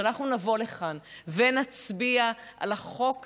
כשאנחנו נבוא לכאן ונצביע על החוק הזה,